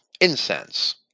incense